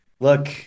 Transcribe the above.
Look